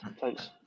Thanks